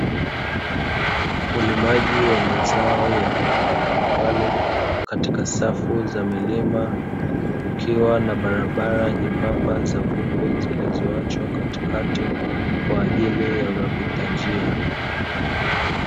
Ulimaji wa mazao ya aina mbalimbali katika safu za milima, kukiwa na barabara nyembamba za vumbi zilizoachwa katikati kwa ajili ya wapitanjia.